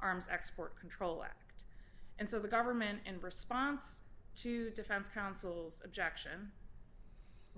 arms export control act and so the government and response to defense counsel's objection